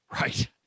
Right